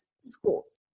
schools